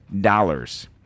dollars